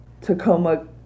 Tacoma